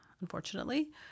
unfortunately